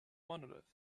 monolith